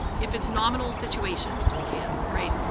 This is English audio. if it's nominal situations, we can, right?